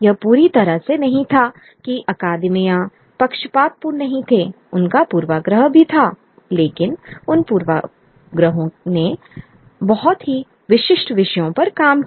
यह पूरी तरह से नहीं था कि अकादमियां पक्षपातपूर्ण नहीं थे उनका पूर्वाग्रह भी था लेकिन उन पूर्वाग्रहों ने बहुत ही विशिष्ट विषयों पर काम किया